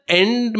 end